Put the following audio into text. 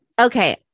Okay